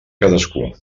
cadascú